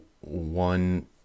one